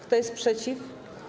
Kto jest przeciw?